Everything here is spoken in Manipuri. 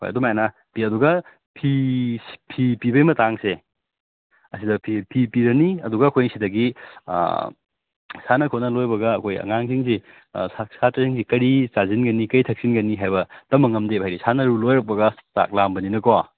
ꯍꯣꯏ ꯑꯗꯨꯃꯥꯏꯅ ꯄꯤ ꯑꯗꯨꯒ ꯐꯤꯁꯤ ꯐꯤ ꯄꯤꯕꯩ ꯃꯇꯥꯡꯁꯦ ꯑꯁꯤꯗ ꯐꯤ ꯐꯤ ꯄꯤꯔꯅꯤ ꯑꯗꯨꯒ ꯑꯩꯈꯣꯏꯅ ꯁꯤꯗꯒꯤ ꯁꯥꯟꯅ ꯈꯣꯠꯅ ꯂꯣꯏꯕꯒ ꯑꯩꯈꯣꯏ ꯑꯉꯥꯡꯁꯤꯡꯁꯤ ꯁꯥꯇ꯭ꯔꯁꯤꯡꯁꯤ ꯀꯔꯤ ꯆꯥꯁꯤꯟꯒꯅꯤ ꯀꯔꯤ ꯊꯛꯆꯤꯟꯒꯅꯤ ꯍꯥꯏꯕ ꯇꯝꯕ ꯉꯝꯗꯦꯕ ꯍꯥꯏꯗꯤ ꯁꯥꯟꯅꯔꯨ ꯂꯣꯏꯔꯛꯄꯒ ꯆꯥꯛ ꯂꯥꯝꯕꯅꯤꯅꯀꯣ